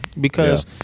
because-